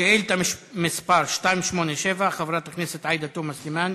שאילתה מס' 287, של חברת הכנסת עאידה תומא סלימאן: